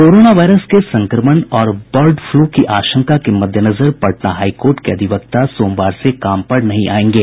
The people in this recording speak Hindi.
कोरोना वायरस के संक्रमण और बर्ड फ्लू की आशंका के मद्देनजर पटना हाईकोर्ट के अधिवक्ता सोमवार से काम पर नहीं आयेंगे